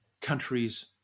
countries